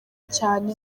cyane